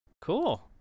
cool